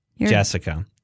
Jessica